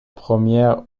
première